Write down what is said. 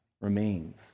remains